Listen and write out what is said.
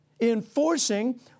enforcing